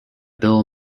bill